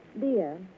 Dear